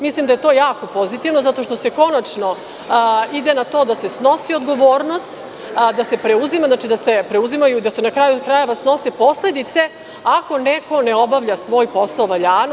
Mislim da je to jako pozitivno zato što se konačno ide na to da se snosi odgovornost, da se preuzima, da se preduzimaju i da se na kraju krajeva snose posledice ako neko ne obavlja svoj posao valjano.